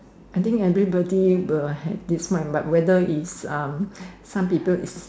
I think everybody will have this mind but whether is um some people is